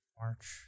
March